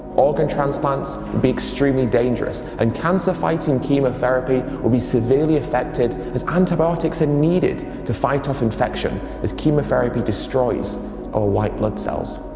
organ transplants will be extremely dangerous, and cancer fighting chemotherapy will be severely affected, as antibiotics are needed to fight off infection as chemotherapy destroys our white blood cells.